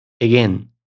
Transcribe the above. again